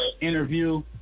interview